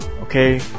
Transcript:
okay